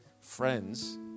Friends